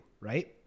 right